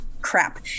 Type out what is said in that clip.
Crap